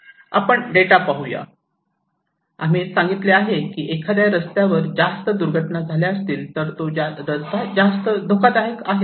आपण डेटा पाहूया आम्ही सांगितले आहे की एखाद्या रस्त्यावर जास्त दुर्घटना झाल्या असतील तर तो रस्ता धोकादायक आहे